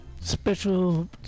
Special